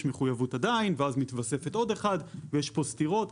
מחויבות עדיין ואז מתווספת עוד אחת ויש פה סתירות,